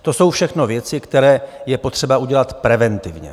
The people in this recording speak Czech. To jsou všechno věci, které je potřeba udělat preventivně.